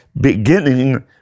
beginning